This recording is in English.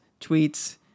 tweets